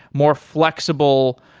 more flexible,